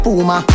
Puma